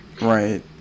Right